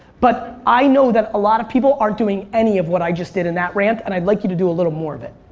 but i know that a lot of people aren't doing any of what i just in that rant and i'd like you to do a little more of it.